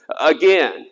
again